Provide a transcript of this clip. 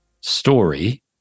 story